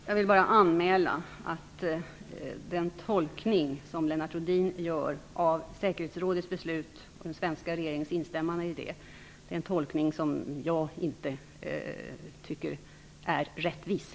Fru talman! Jag vill bara anmäla att jag inte tycker att den tolkning som Lennart Rohdin gör av säkerhetsrådets beslut och den svenska regeringens instämmande i det är en rättvis tolkning.